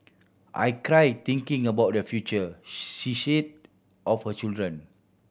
I cry thinking about their future she said of her children